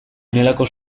honelako